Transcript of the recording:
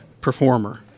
performer